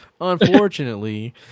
Unfortunately